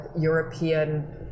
European